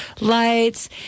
lights